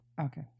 Okay